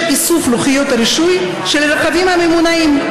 איסוף לוחיות הרישוי של הרכבים הממונעים.